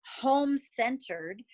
home-centered